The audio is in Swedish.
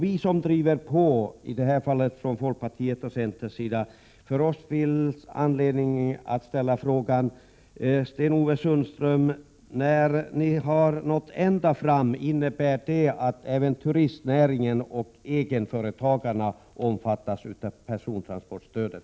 Vi som driver på, i det här fallet centern och folkpartiet, har anledning att ställa frågan: När ni nått ända fram, innebär det att även turistnäringen och egenföretagarna omfattas av persontrafikstödet?